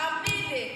תאמין לי.